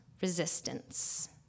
resistance